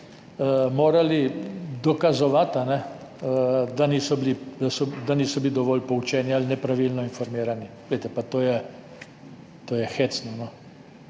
morali dokazovati, da niso bili dovolj poučeni ali da so bili nepravilno informirani. To je hecno,